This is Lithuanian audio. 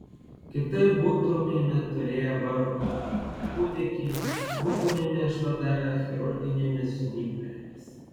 kitaip būtumėme turėję vargo kol kūdikį būtumėme išvadavę chirurginėmis žnyplėmis